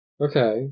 Okay